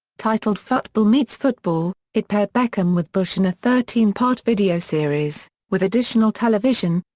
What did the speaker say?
titled futbol meets football, it paired beckham with bush in a thirteen part video series, with additional television,